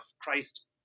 Christ